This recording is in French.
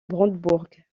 brandebourg